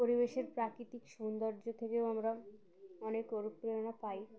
পরিবেশের প্রাকৃতিক সৌন্দর্য থেকেও আমরা অনেক অনুপ্রেরণা পাই